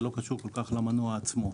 זה לא קשור כל-כך למנוע עצמו.